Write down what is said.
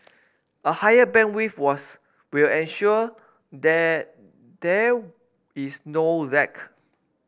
a higher bandwidth was will ensure that there is no lack